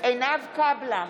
עינב קאבלה,